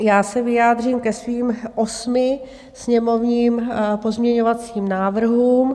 Já se vyjádřím ke svým osmi sněmovním pozměňovacím návrhům.